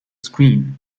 screen